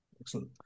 Excellent